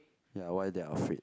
ya why they're afraid